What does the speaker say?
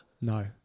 No